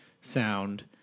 sound